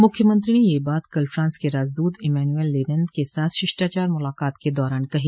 मुख्यमत्री ने यह बात कल फ्रांस के राजदूत इमैन्युएल लेनैन के साथ शिष्टाचार मुलाकात के दौरान कही